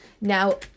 Now